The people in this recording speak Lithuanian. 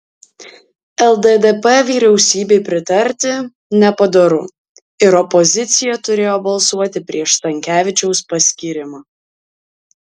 lddp vyriausybei pritarti nepadoru ir opozicija turėjo balsuoti prieš stankevičiaus paskyrimą